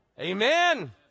Amen